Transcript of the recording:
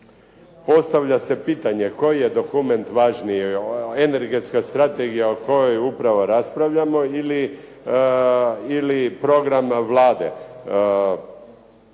Postavlja se pitanje koji je dokument važniji, energetska strategija o kojoj upravo raspravljamo ili program Vlade?